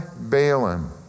Balaam